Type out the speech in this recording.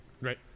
Right